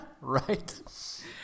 Right